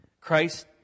Christ